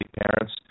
parents